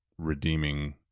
redeeming